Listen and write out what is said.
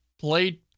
played